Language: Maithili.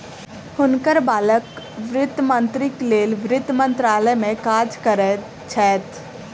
हुनकर बालक वित्त मंत्रीक लेल वित्त मंत्रालय में काज करैत छैथ